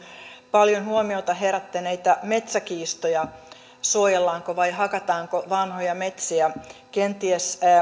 paljon huomiota herättäneitä metsäkiistoja suojellaanko vai hakataanko vanhoja metsiä kenties